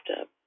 up